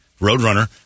Roadrunner